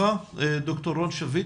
ד"ר רון שביט